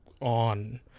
on